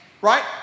right